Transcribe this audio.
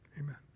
Amen